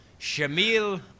Shamil